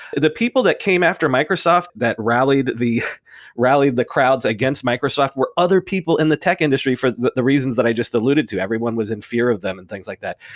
the people that came after microsoft that rallied the rallied the crowds against microsoft were other people in the tech industry for the the reasons that i just alluded to. everyone was in fear of them and things like that.